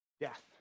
death